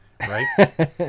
right